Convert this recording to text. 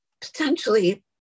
potentially